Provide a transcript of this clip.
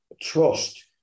trust